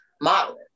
modeling